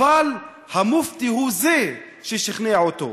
אבל המופתי הוא זה ששכנע אותו.